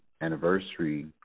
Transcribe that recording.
anniversary